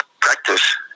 Practice